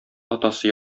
атасы